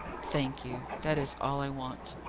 thank you that is all i want.